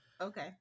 Okay